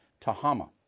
Tahama